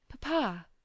Papa